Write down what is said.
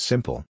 Simple